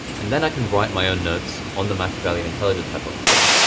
and then i can write my own notes on the machiavellian intelligence hypothesis.